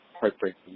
heartbreaking